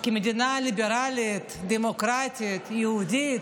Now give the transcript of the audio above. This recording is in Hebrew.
כמדינה ליברלית, דמוקרטית, יהודית,